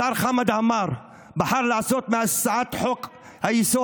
השר חמד עמאר בחר לעשות מהצעת חוק-היסוד